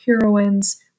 heroines